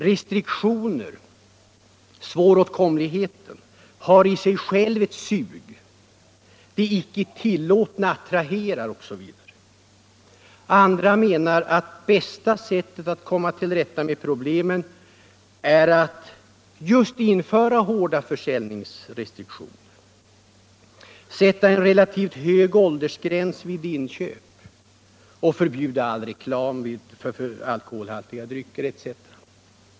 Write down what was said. Restriktioner — svåråtkomligheten — har i sig själv ett ”sug”, det icke tillåtna attraherar osv. Andra menar att bästa sättet att komma till rätta med problemen är att just införa hårda försäljningsrestriktioner — sätta en relativt hög åldersgräns för inköp, förbjuda all reklam för alkoholhaltiga drycker etc.